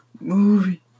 movie